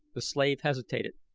the slave hesitated.